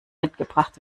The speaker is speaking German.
mitgebracht